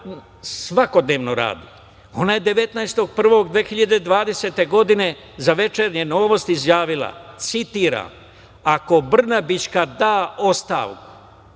svakodnevno radi. Ona je 19.01.2020. godine za „Večernje novosti“ izjavila, citiram: „Ako Brnabićka da ostavku,